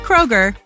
Kroger